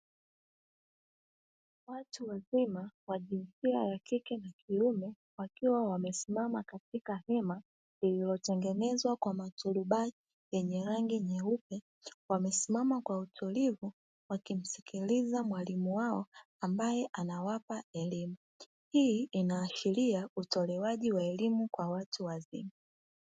Watu wazima wa jinsia ya kike na kiume; wakiwa wamesimama katika hema, lililotengenezwa kwa maturubai yenye rangi nyeupe, wamesimama kwa utulivu wakimsikiliza mwalimu wao ambaye anawapa elimu. Hii inaashiria utolewaji wa elimu kwa watu wazima.